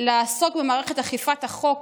לעסוק במערכת אכיפת החוק